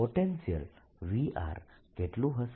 potential V કેટલું હશે